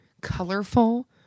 colorful